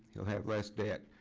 he'll have less debt.